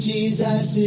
Jesus